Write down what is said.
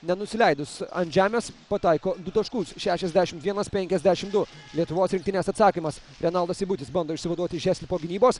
nenusileidus ant žemės pataiko du taškus šešiasdešimt vienas penkiasdešimt du lietuvos rinktinės atsakymas renaldas seibutis bando išsivaduoti iš heslipo gynybos